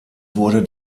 wurde